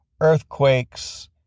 earthquakes